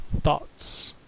Thoughts